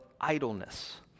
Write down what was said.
idleness